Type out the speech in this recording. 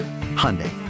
Hyundai